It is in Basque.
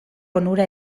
onura